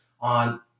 on